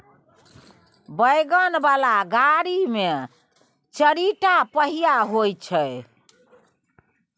wagon बला गाड़ी मे चारिटा पहिया होइ छै